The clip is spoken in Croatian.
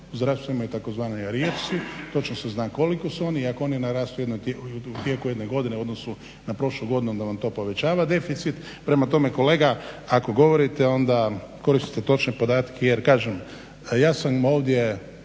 zdravstvo imaju tzv. arijevci, točno se zna koliko su oni i ako oni narastu u tijeku jedne godine u odnosu na prošlu godinu onda vam to povećava deficit. Prema tome kolega, ako govorite onda koristite točne podatke jer kažem, ja sam ovdje